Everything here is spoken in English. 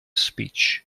speech